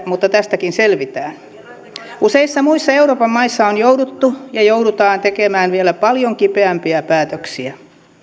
mutta tästäkin selvitään useissa muissa euroopan maissa on jouduttu ja joudutaan tekemään vielä paljon kipeämpiä päätöksiä